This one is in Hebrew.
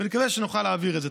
ואני מקווה שנוכל להעביר את זה.